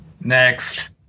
next